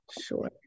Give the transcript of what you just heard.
Sure